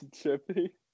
chippy